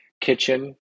kitchen